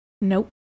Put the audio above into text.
Nope